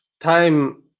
time